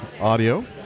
audio